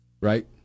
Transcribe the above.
Right